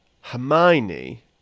Hermione